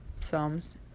Psalms